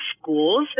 schools